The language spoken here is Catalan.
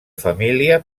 família